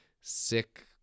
sick